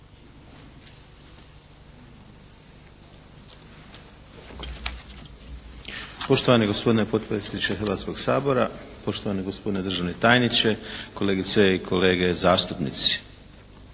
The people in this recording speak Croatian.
Poštovani gospodine potpredsjedniče Hrvatskoga sabora, poštovani gospodine državni tajniče, kolegice i kolege zastupnici!